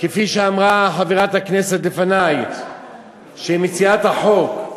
כפי שאמרה לפני חברת הכנסת שהיא מציעת החוק,